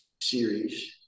series